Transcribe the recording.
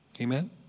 Amen